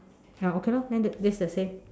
ya okay lor then this is the same